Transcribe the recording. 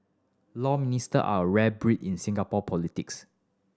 law Minister are a rare breed in Singapore politics